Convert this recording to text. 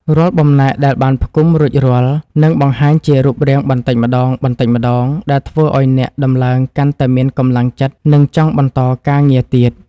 រាល់បំណែកដែលបានផ្គុំរួចរាល់នឹងបង្ហាញជារូបរាងបន្តិចម្ដងៗដែលធ្វើឱ្យអ្នកដំឡើងកាន់តែមានកម្លាំងចិត្ត និងចង់បន្តការងារទៀត។